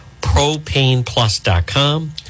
propaneplus.com